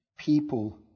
People